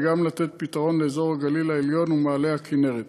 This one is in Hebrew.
וגם לתת פתרון לאזור הגליל העליון ומעלה הכינרת.